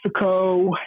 Mexico